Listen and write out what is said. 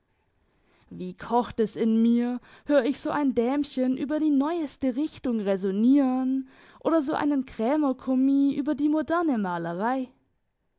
wie kocht es in mir hör ich so ein dämchen über die neueste richtung räsonieren oder so einen krämerkommis über die moderne malerei